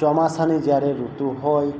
ચોમાસાની જ્યારે ઋતુ હોય